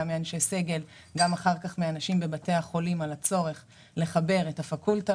מאנשי סגל ומאנשים בבתי החולים על הצורך לחבר את הפקולטה